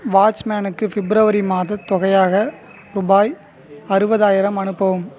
வாட்ச்மேனுக்கு பிப்ரவரி மாதத் தொகையாக ரூபாய் அறுபதாயிரம் அனுப்பவும்